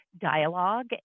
dialogue